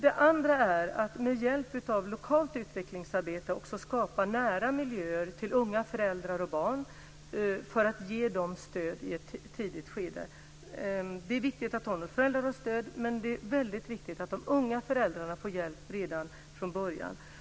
En möjlighet är att med hjälp av lokalt utvecklingsarbete skapa nära miljöer för unga föräldrar och barn för att ge dem stöd i ett tidigt skede. Det är viktigt med föräldrarnas stöd, men det är också mycket viktigt att de unga föräldrarna får hjälp redan från början.